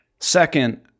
second